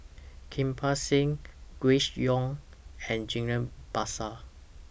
Kirpal Singh Grace Young and Ghillie BaSan